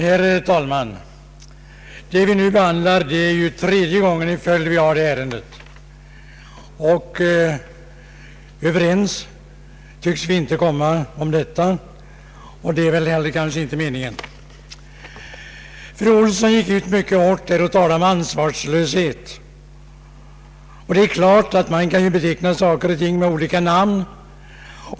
Herr talman! Det är nu tredje gången i följd vi behandlar det här ärendet, och överens tycks vi inte bli. Det är kanske inte heller meningen. Fru Olsson gick ut mycket hårt och talade om ansvarslöshet. Det är klart att man kan beteckna saker och ting med olika namn.